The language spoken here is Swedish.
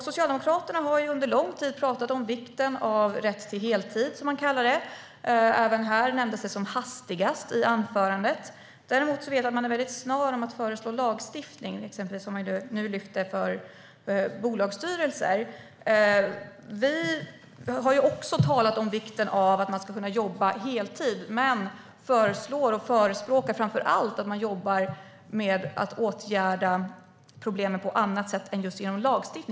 Socialdemokraterna har under lång tid talat om vikten av rätt till heltid, som man kallar det. Även här nämndes det som hastigast i anförandet. Jag vet också att man är snar att föreslå lagstiftning, exempelvis för bolagsstyrelser, som man nu tar upp. Även vi har talat om vikten av att man ska kunna jobba heltid, men vi föreslår och förespråkar framför allt att man jobbar med att åtgärda problemen på annat sätt än genom lagstiftning.